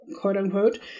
quote-unquote